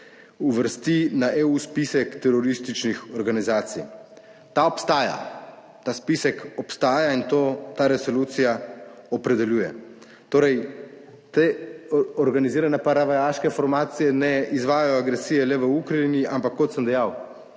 uvrsti na EU spisek terorističnih organizacij. Ta obstaja. Ta spisek obstaja in to ta resolucija opredeljuje. Torej, te organizirane paravojaške formacije ne izvajajo agresije le v Ukrajini, ampak, kot sem dejal,